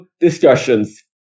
discussions